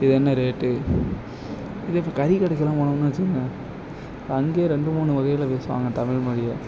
இது என்ன ரேட்டு இதே இப்போ கறிக்கடைக்கெலாம் போனோமுனு வச்சுக்கொங்க அங்கே ரெண்டு மூணு வகையில் பேசுவாங்கள் தமிழ் மொழியை